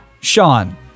Sean